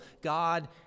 God